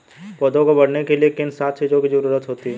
पौधों को बढ़ने के लिए किन सात चीजों की जरूरत होती है?